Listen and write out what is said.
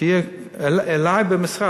אלי במשרד,